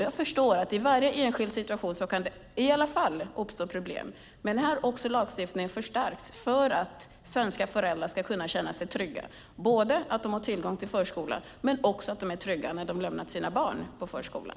Jag förstår att det trots allt kan uppstå problem i varje enskild situation, men lagstiftningen har förstärkts så att svenska föräldrar ska kunna känna sig säkra på att de har tillgång till förskola och trygga när de lämnar sina barn på förskolan.